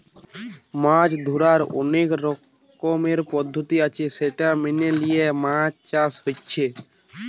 মাছ ধোরার অনেক রকমের পদ্ধতি আছে সেটা মেনে লিয়ে মাছ চাষ হচ্ছে